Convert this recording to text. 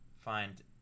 find